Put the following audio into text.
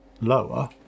lower